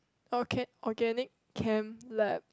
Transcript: orka~ organic chem lab